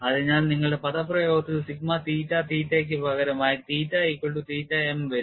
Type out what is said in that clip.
അതിനാൽ നിങ്ങളുടെ പദപ്രയോഗത്തിൽ sigma theta theta ക്ക് പകരമായി theta equal to theta m വരുന്നു